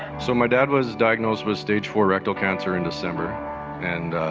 so my dad was diagnosed with stage four rectal cancer in december and